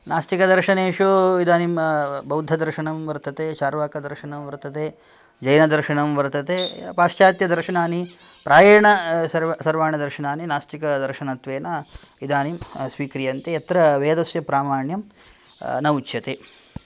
नासिकदर्शनेषु इदानीं बौद्धदर्शनं वर्तते चार्वाकदर्शनं वर्तते जैनदर्शनं वर्तते पाश्चात्यदर्शनानि प्रायेण सर्व सर्वाणि दर्शनानि नास्तिकदर्शनत्वेन इदानीं स्वीक्रियन्ते यत्र वेदस्य प्रामाण्यं न उच्यते